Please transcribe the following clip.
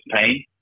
pain